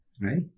Right